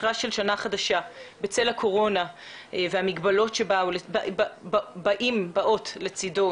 בפתחה של שנה חדשה בצל הקורונה והמגבלות שבאות לצידה: